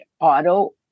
auto